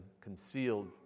concealed